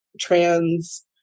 trans